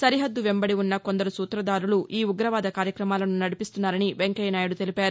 సరిహద్దు వెంబడి ఉన్న కొందరు సూత్రధారులు ఈ ఉగ్రవాద కార్యక్రమాలను నడిపిస్తున్నారని వెంకయ్యనాయుడు తెలిపారు